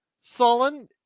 sullen